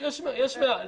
יש מעט.